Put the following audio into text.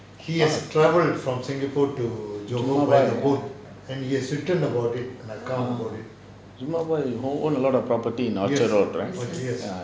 jumabhoy own a lot of property at orchard road right